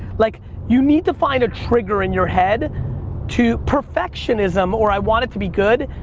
like you need to find a trigger in your head to perfectionism, or i want it to be good,